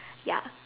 ya